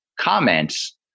comments